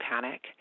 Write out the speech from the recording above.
panic